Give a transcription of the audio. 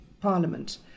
Parliament